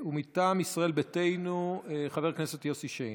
מטעם ישראל ביתנו חבר הכנסת יוסי שיין.